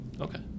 okay